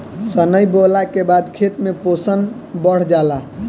सनइ बोअला के बाद खेत में पोषण बढ़ जाला